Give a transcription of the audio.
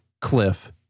cliff